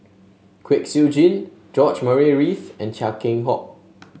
Kwek Siew Jin George Murray Reith and Chia Keng Hock